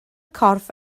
corff